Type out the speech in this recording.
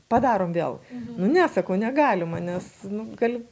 padarom vėl nu ne sakau negalima nes nu gali